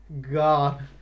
God